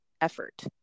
effort